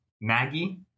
Maggie